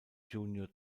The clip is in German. junior